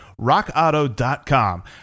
rockauto.com